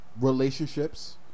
relationships